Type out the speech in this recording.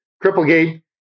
Cripplegate